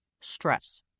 Stress